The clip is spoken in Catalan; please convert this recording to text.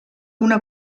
una